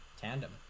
tandem